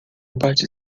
parte